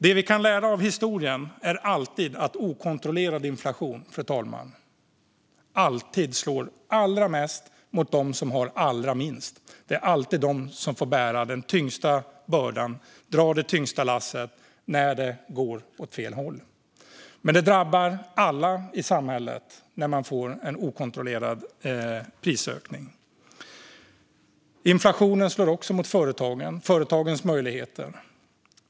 Det som vi kan lära av historien är att okontrollerad inflation alltid slår allra mest mot dem som har allra minst. Det är alltid de som får bära den tyngsta bördan, dra det tyngsta lasset, när det går åt fel håll. Men det drabbar alla i samhället när man får en okontrollerad prisökning. Inflationen slår också mot företagen och deras möjligheter.